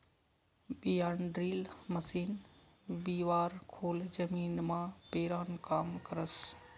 बियाणंड्रील मशीन बिवारं खोल जमीनमा पेरानं काम करस